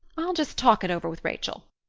i'll just talk it over with rachel.